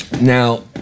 Now